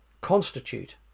constitute